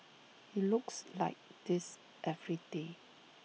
he looks like this every day